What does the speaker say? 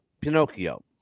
Pinocchio